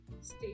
stay